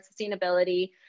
sustainability